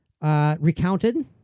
recounted